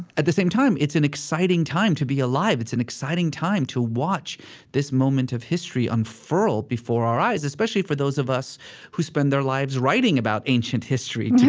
at the same time, it's an exciting time to be alive. it's an exciting time to watch this moment of history unfurl before our eyes, especially for those of us who spend their lives writing about ancient history, right,